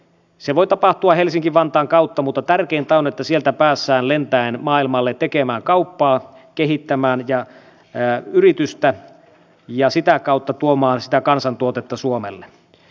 se voi tapahtua helsinki vantaan kautta mutta tärkeintä on että sieltä päästään lentäen maailmalle tekemään kauppaa kehittämään yritystä ja sitä kautta tuomaan sitä kansantuotetta suomelle